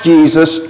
Jesus